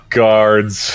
guards